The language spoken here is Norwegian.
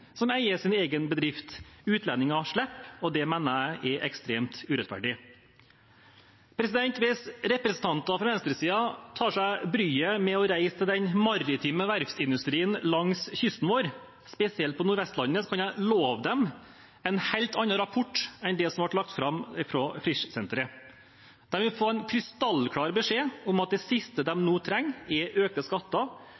som eier sin egen bedrift. Utlendinger slipper, og det mener jeg er ekstremt urettferdig. Hvis representanter fra venstresiden tar seg bryet med å reise til den maritime verftsindustrien langs kysten vår, spesielt på Nord-Vestlandet, kan jeg love dem en helt annen rapport enn den som ble lagt fram av Frischsenteret. De vil få en krystallklar beskjed om at det siste